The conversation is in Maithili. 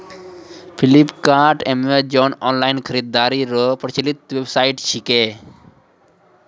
फ्लिपकार्ट अमेजॉन ऑनलाइन खरीदारी रो प्रचलित वेबसाइट छिकै